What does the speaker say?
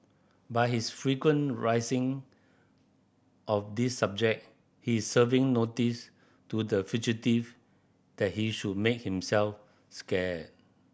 by his frequent raising of this subject he is serving notice to the fugitive that he should make himself scarce